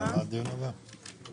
בשעה